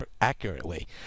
accurately